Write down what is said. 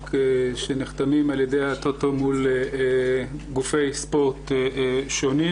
שנחתמים על ידי הטוטו מול גופי ספורט שונים.